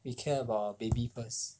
we care about baby first